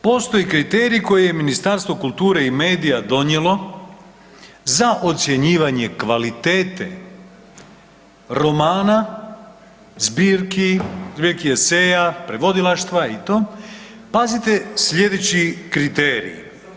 Postoje kriteriji koje je Ministarstvo kulture i medija donijelo za ocjenjivanje kvalitete romana, zbirki, zbirki eseja, prevodilaštva i to, pazite slijedeći kriterij.